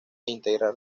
integrar